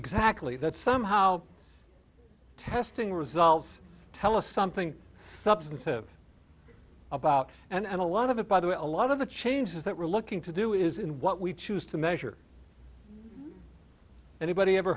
exactly that somehow testing results tell us something substantive about and a lot of it by the way a lot of the changes that we're looking to do is in what we choose to measure anybody ever